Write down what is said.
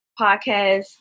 podcast